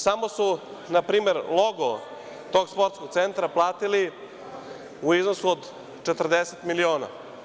Samo su npr. logo tog sportskog centra platili u iznosu od 40 miliona.